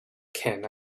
can